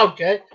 Okay